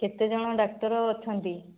କେତେ ଜଣ ଡାକ୍ତର ଅଛନ୍ତି